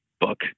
book